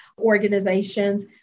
organizations